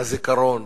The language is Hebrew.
הזיכרון